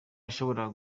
yashoboraga